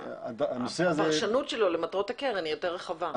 הנושא הזה --- הפרשנות שלו למטרות הקרן היא יותר רחבה.